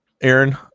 Aaron